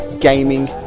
gaming